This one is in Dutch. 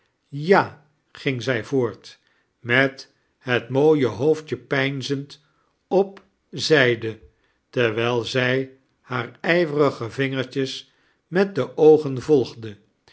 ja ging zij voort met het mooie hoofdje peiinzend op zijde terwijl zij hare ijverige vingertjes met de oogen volgde